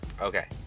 okay